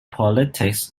politics